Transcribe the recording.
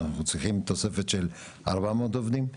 אנחנו צריכים תוספת של 400 עובדים.